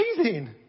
amazing